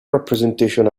representation